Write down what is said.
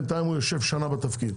בינתיים הוא יושב שנה בתפקיד.